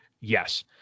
Yes